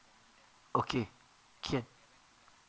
okay can